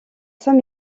saint